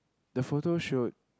the photo shoot